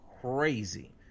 Crazy